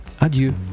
adieu